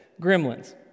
Gremlins